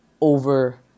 over